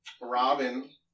Robin